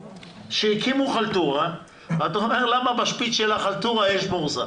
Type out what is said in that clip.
הקימו חלטורה ואתה שואל למה בשפיץ של החלטורה יש בורסה